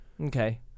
Okay